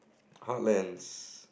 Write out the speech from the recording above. heartlands